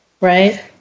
Right